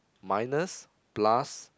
minus plus